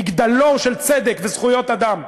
מגדלור של צדק וזכויות אדם,